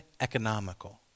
economical